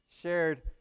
shared